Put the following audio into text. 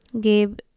Gabe